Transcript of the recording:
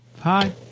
Hi